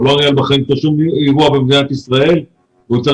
הוא בחיים לא ניהל כל אירוע במדינת ישראל והוא צריך